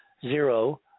zero